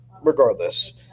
regardless